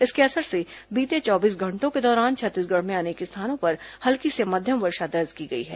इसके असर से बीते चौबीस घंटों के दौरान छत्तीसगढ़ में अनेक स्थानों पर हल्की से मध्यम वर्षा दर्ज की गई है